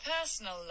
personal